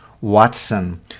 Watson